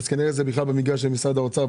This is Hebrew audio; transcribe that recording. אז כנראה שזה בכלל במגרש של משרד האוצר,